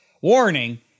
Warning